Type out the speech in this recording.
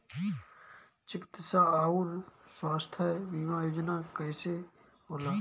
चिकित्सा आऊर स्वास्थ्य बीमा योजना कैसे होला?